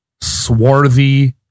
swarthy